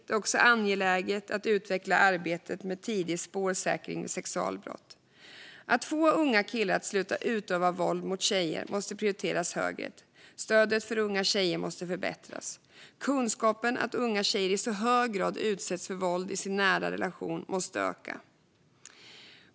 Det är också angeläget att utveckla arbetet med tidig spårsäkring vid sexualbrott. Att få unga killar att sluta utöva våld mot unga tjejer måste prioriteras högre. Stödet för unga tjejer måste förbättras. Kunskapen om att unga tjejer i så hög grad utsätts för våld i nära relationer måste öka.